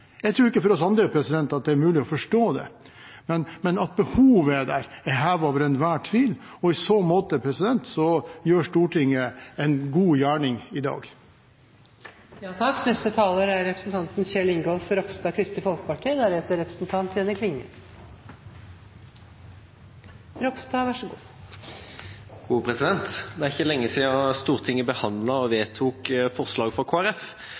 Jeg tror ikke at det er mulig å forstå det for oss andre, men at behovet er der, er hevet over enhver tvil. I så måte gjør Stortinget en god gjerning i dag. Det er ikke lenge siden Stortinget behandlet og vedtok forslaget fra Kristelig Folkeparti om å oppheve foreldelsesreglene for drap og seksuelle overgrep. Det